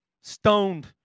stoned